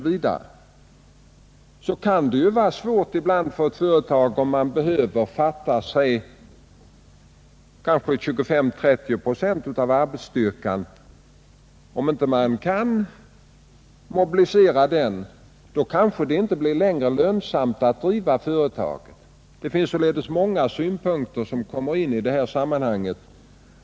Men det kan vara mycket svårt för ett företag som saknar 25-30 procent av den behövliga arbetsstyrkan. Om man inte kan mobilisera den arbetskraften kanske det inte längre blir lönsamt att driva företaget. Det är sådana synpunkter som kommer in i sammanhanget.